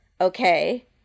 Okay